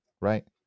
right